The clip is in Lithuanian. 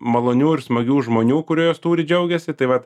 malonių ir smagių žmonių kurie juos turi džiaugiasi tai vat